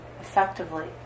effectively